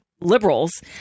liberals